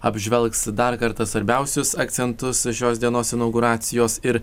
apžvelgs dar kartą svarbiausius akcentus šios dienos inauguracijos ir